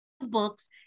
books